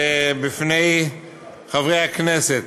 בפני חברי הכנסת,